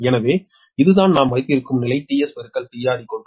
எனவே இதுதான் நாம் வைக்கும் நிலை 𝒕𝑺 𝒕𝑹 𝟏